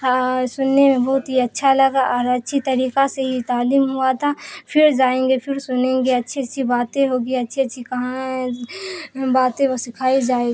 سننے میں بہت ہی اچھا لگا اور اچھی طریقہ سے ہی تعلیم ہوا تھا پھر جائیں گے پھر سنیں گے اچھی اچھی باتیں ہوگی اچھی اچھی کہاں باتیں وہ سکھائی جائے گی